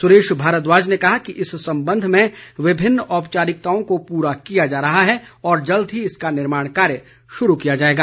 सुरेश भारद्वाज ने कहा कि इस संबंध में विभिन्न औपचारिकताओं को पूरा किया जा रहा है और जल्द ही इसका निर्माण कार्य शुरू किया जाएगा